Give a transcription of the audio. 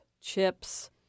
chips